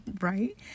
right